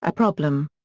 ah problem.